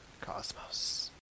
cosmos